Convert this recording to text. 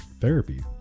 therapy